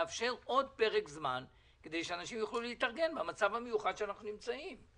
לאפשר עוד פרק זמן שאנשים יוכלו להתארגן במצב המיוחד שאנחנו נמצאים בו,